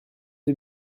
eux